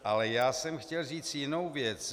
Ale já jsem chtěl říct jinou věc.